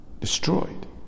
destroyed